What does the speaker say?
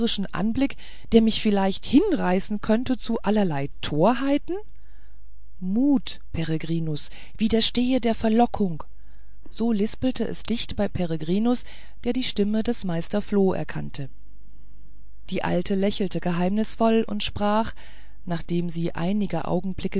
anblick der mich vielleicht hinreißen könnte zu allerlei torheiten mut peregrinus widerstehe der verlockung so lispelte es dicht bei peregrinus der die stimme des meister floh erkannte die alte lächelte geheimnisvoll und sprach nachdem sie einige augenblicke